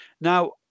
Now